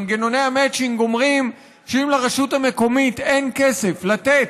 מנגנוני המצ'ינג אומרים שאם לרשות המקומית אין כסף לתת,